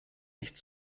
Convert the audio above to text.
nicht